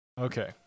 Okay